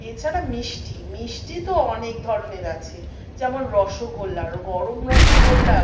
এছাড়া মিষ্টি মিষ্টি তো অনেক ধরনের আছে যেমন রসগোল্লা গরম রসগোল্লা